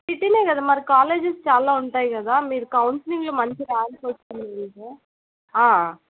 city కదా మరి colleges చాలా ఉంటాయి కదా మీరు కౌన్సిలింగ్లో మంచి ర్యాంక్ వస్తుంది మీకు